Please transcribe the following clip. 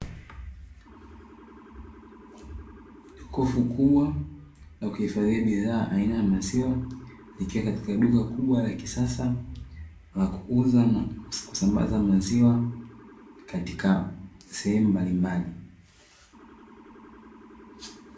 Jokofu kubwa linaloifadhia bidhaa aina ya maziwa, likiwa katika duka kubwa la kisasa la kuuza na kusambaza maziwa, katika sehemu mbalimbali.